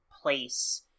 place